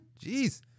Jeez